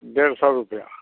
डेढ़ सौ रुपये